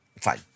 fine